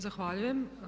Zahvaljujem.